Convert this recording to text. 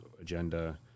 agenda